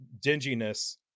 dinginess